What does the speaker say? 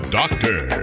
doctor